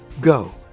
Go